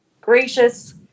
gracious